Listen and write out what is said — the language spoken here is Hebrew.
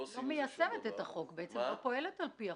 לא עושה עם זה שום דבר --- בעצם לא מיישמת את החוק ולא פועלת על פיו.